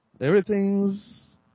everything's